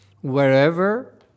wherever